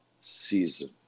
season